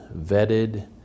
vetted